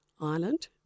Ireland